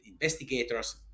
investigators